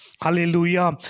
Hallelujah